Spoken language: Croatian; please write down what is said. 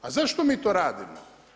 A zašto mi to radimo?